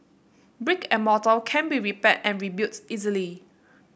brick and mortar can be repaired and rebuilt easily